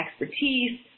expertise